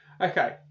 Okay